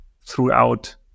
throughout